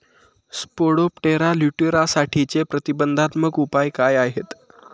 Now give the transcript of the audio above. Spodoptera लिट्युरासाठीचे प्रतिबंधात्मक उपाय काय आहेत?